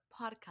podcast